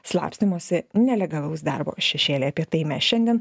slapstymosi nelegalaus darbo šešėlyje apie tai mes šiandien